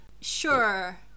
Sure